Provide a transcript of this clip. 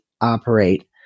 operate